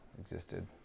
existed